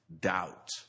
doubt